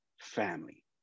family